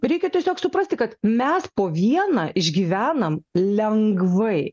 reikia tiesiog suprasti kad mes po vieną išgyvenam lengvai